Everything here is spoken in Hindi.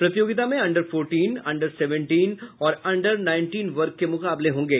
प्रतियोगिता में अंडर फौर्टीन अंडर सेवेंटीन और अंडर नाइनटीन वर्ग के मुकाबले होंगे